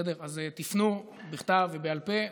אז תפנו בכתב ובעל פה,